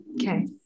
Okay